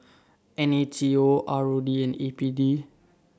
N A T O R O D and A P D